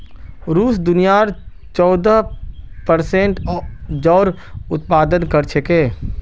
रूस दुनियार चौदह प्परसेंट जौर उत्पादन कर छेक